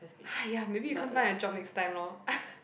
!haiya! maybe you can't find a job next time lor